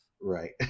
right